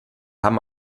haben